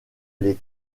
les